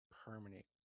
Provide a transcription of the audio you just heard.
permanent